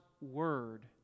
Word